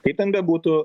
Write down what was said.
kaip ten bebūtų